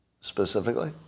specifically